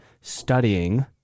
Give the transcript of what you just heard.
studying